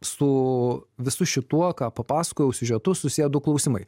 su visu šituo ką papasakojau siužetu susiję du klausimai